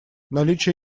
наличие